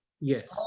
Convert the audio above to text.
Yes